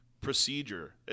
procedure